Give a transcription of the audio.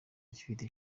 gifite